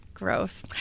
gross